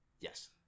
Yes